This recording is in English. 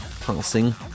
passing